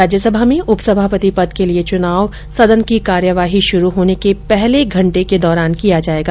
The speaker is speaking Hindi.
राज्यसभा में उपसभापति पद के लिए चुनाव सदन की कार्यवाही शुरू होने के पहले घंटे के दौरान किया जाएगा